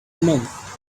month